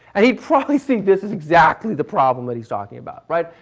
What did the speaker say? and he probably sees this as exactly the problem that he's talking about. right?